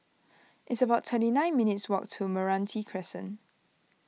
it's about thirty nine minutes' walk to Meranti Crescent